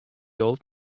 old